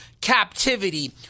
captivity